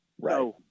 Right